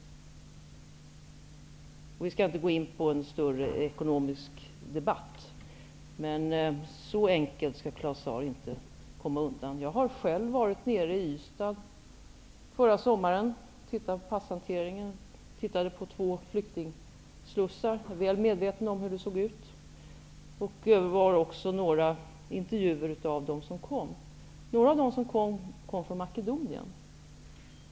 Jag skall inte gå in i en större ekonomisk debatt, men så enkelt skall Claus Zaar inte komma undan. Jag var själv nere i Ystad förra sommaren och tittade på passhanteringen och på två flyktingslussar. Jag är väl medveten om hur det såg ut. Det gjordes också några intervjuer med dem som kom. Några av dem kom från Makedonien.